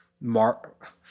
mark